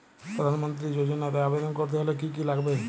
প্রধান মন্ত্রী যোজনাতে আবেদন করতে হলে কি কী লাগবে?